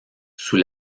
sous